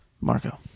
Marco